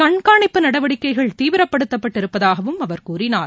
கண்காணிப்பு நடவடிக்கைகள் தீவிரப்படுத்தப்பட்டு இருப்பதாகவும் அவர் கூறினார்